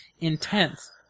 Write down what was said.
intense